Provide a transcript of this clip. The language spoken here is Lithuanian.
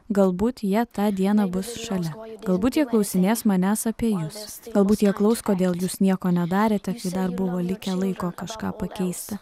galbūt jie tą dieną bus šalia o galbūt jie klausinės manęs apie jus galbūt jie klaus kodėl jūs nieko nedarėte dar buvo likę laiko kažką pakeisti